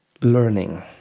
learning